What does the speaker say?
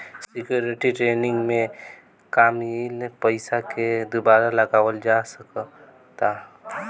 security trading में कामयिल पइसा के दुबारा लगावल जा सकऽता